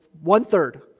one-third